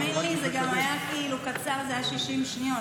תאמין לי, זה גם היה קצר, זה היה 60 שניות.